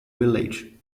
village